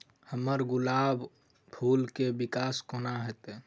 हम्मर गुलाब फूल केँ विकास कोना हेतै?